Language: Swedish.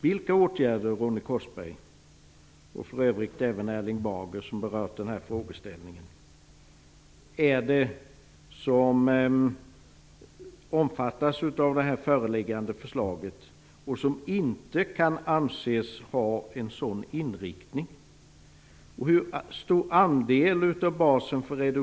Erling Bager, som också berört denna frågeställning, vilka åtgärder det är som omfattas av det föreliggande förslaget som inte kan anses ha en sådan inriktning?